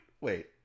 Wait